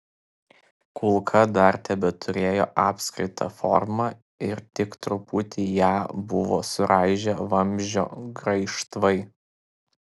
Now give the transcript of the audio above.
kulka dar tebeturėjo apskritą formą ir tik truputį ją buvo suraižę vamzdžio graižtvai